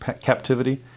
captivity